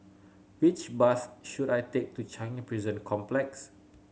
which bus should I take to Changi Prison Complex